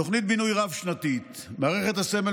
תוכנית בינוי רב-שנתית: מערכת הסמל